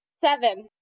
seven